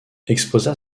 exposa